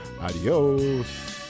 Adios